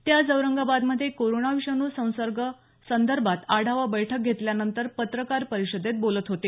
ते आज औरंगाबादमधे कोरोना विषाणू संसर्गा संदर्भात आढावा बैठक घेतल्यानंतर पत्रकार परिषदेत बोलत होते